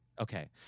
Okay